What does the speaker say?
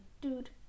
Dude